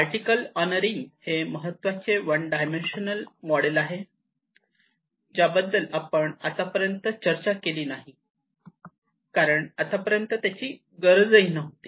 particle on a ring हे महत्वाचे one dimensional model आहे ज्या बद्दल आपण आत्तापर्यंत चर्चा केली नाही कारण आत्तापर्यंत याची गरज नव्हती